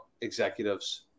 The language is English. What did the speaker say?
executives